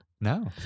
No